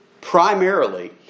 primarily